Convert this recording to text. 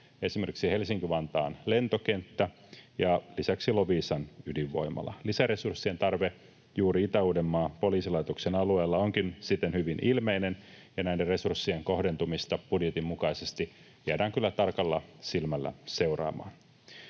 esimerkiksi Helsinki-Vantaan lentokenttä ja lisäksi Loviisan ydinvoimala. Lisäresurssien tarve juuri Itä-Uudenmaan poliisilaitoksen alueella onkin siten hyvin ilmeinen, ja näiden resurssien kohdentumista budjetin mukaisesti jäädään kyllä tarkalla silmällä seuraamaan.